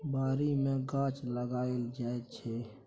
बारी मे गाछ लगाएल जाइ छै